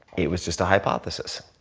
it was just a hypothesis.